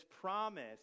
promise